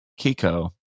Kiko